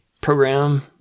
program